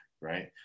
right